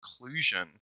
inclusion